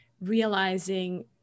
realizing